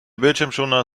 bildschirmschoner